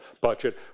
budget